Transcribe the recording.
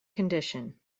condition